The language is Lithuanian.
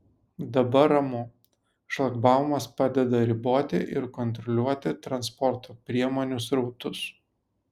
dabar ramu šlagbaumas padeda riboti ir kontroliuoti transporto priemonių srautus